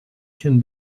can